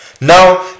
Now